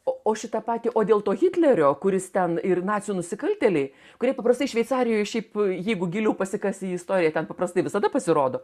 o o šitą patį o dėl to hitlerio kuris ten ir nacių nusikaltėliai kurie paprastai šveicarijoj šiaip jeigu giliau pasikasi į istoriją ten paprastai visada pasirodo